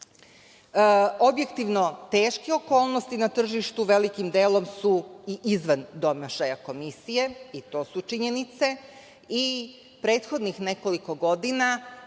društvima. Objektivno, teške okolnosti na tržištu velikim delom su i izvan domašaja komisije i to su činjenice i prethodnih nekoliko godina